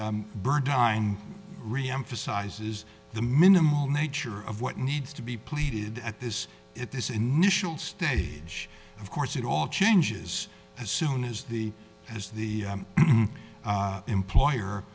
d burn time reemphasizes the minimal nature of what needs to be pleaded at this at this initial stage of course it all changes as soon as the as the employer